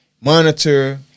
monitor